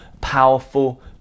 powerful